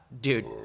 dude